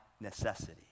necessity